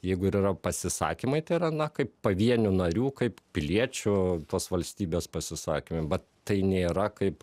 jeigu ir yra pasisakymai tai yra na kaip pavienių narių kaip piliečių tos valstybės pasisakymai bet tai nėra kaip